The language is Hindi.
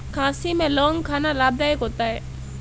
खांसी में लौंग खाना लाभदायक होता है